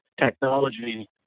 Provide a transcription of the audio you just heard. technology